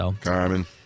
Carmen